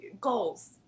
Goals